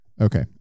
Okay